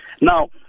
Now